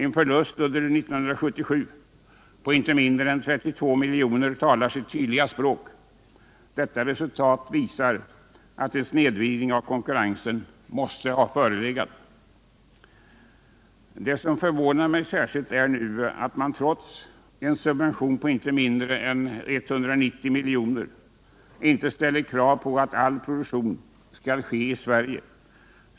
En förlust under 1977 på inte mindre än 32 miljoner talar sitt tydliga språk. Detta resultat visar också att en snedvridning av konkurrensen måste ha förelegat. Det som förvånar mig särskilt är att man nu trots en subvention på inte mindre än 190 miljoner inte ställer krav på att all produktion skall ske i Sverige.